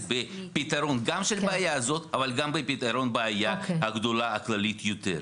לפיתרון גם של הבעיה הזאת אבל גם לפיתרון הבעיה הגדולה והכללית יותר.